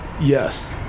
Yes